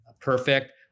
perfect